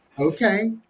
Okay